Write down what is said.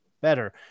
better